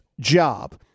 job